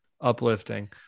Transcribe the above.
uplifting